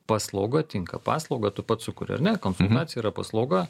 paslauga tinka paslaugą tu pats sukuri ar ne konsultacija yra paslauga